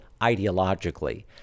ideologically